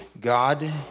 God